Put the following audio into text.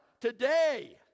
today